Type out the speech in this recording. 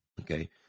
okay